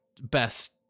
best